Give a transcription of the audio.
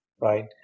right